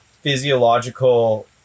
physiological